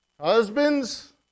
husbands